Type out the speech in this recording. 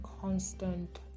constant